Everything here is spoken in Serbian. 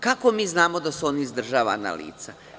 Kako mi znamo da su oni izdržavana lica?